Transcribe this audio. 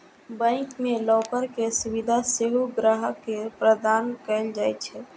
bank मे locker के सुविधा सेहो ग्राहक के प्रदान कैल जाइ छै